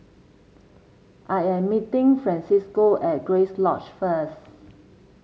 I am meeting Francisco at Grace Lodge first